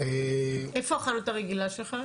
איפה החנות הרגילה שלך?